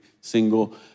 single